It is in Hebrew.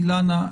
אילנה,